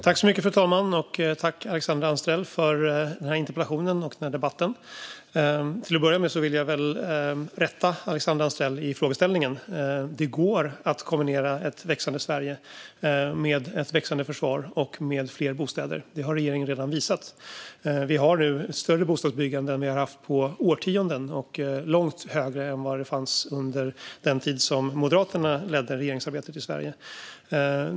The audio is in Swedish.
Fru talman! Tack, Alexandra Anstrell, för interpellationen och debatten! Till att börja med vill jag rätta Alexandra Anstrell i frågeställningen. Det går att kombinera ett växande Sverige med ett växande försvar och fler bostäder. Det har regeringen redan visat. Vi har nu ett större bostadsbyggande än vad vi har haft på årtionden och långt högre än under den tid som Moderaterna ledde regeringsarbetet i Sverige.